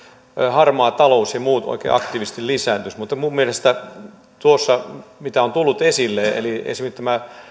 harmaa talous ja muut oikein aktiivisesti lisääntyisivät mutta minun mielestäni tuo mikä on tullut esille eli esimerkiksi tämä